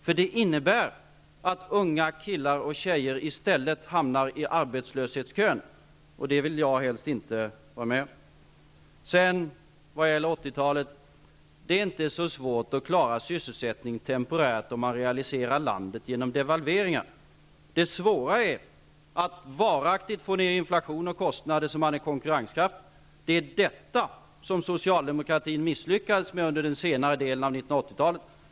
Det skulle innebära att unga killar och tjejer i stället hamnar i arbetslöshetskön, och det vill jag helst inte medverka till. Till 1980-talet! Det är inte så svårt att klara sysselsättning temporärt om man realiserar landet genom devalveringar. Det svåra ligger i att varaktigt få ned inflation och kostnader så att man är konkurrenskraftig. Det är detta som Socialdemokratin misslyckades med under den senare delen av 1980-talet.